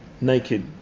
naked